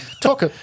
Talk